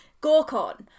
Gorkon